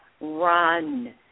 run